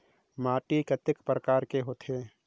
माटी कतेक परकार कर होथे?